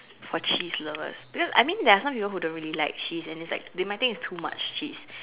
for cheese lovers because I mean there are some people who don't really like cheese and it's like they might think it's too much cheese